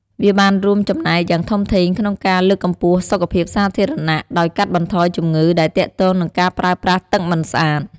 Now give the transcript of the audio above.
វាបានរួមចំណែកយ៉ាងធំធេងក្នុងការលើកកម្ពស់សុខភាពសាធារណៈ ដោយកាត់បន្ថយជំងឺដែលទាក់ទងនឹងការប្រើប្រាស់ទឹកមិនស្អាត។